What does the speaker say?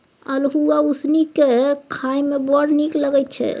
अल्हुआ उसनि कए खाए मे बड़ नीक लगैत छै